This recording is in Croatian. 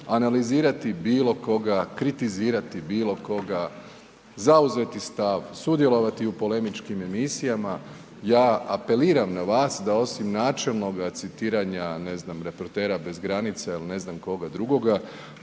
analizirati bilo koga, kritizirati bilo koga, zauzeti stav, sudjelovati u polemičkim emisijama, ja apeliram na vas da osim načelnoga citiranja, ne znam, reportera bez granica ili ne znam koga drugoga